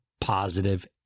positive